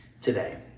today